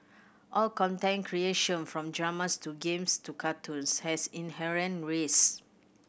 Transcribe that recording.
all content creation from dramas to games to cartoons has inherent risk